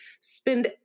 spend